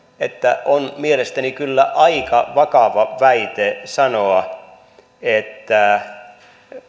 että on mielestäni kyllä aika vakava väite sanoa että